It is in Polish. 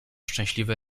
szczęśliwe